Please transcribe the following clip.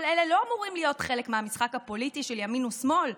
כל אלה לא אמורים להיות חלק מהמשחק הפוליטי של ימין ושמאל,